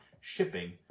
shipping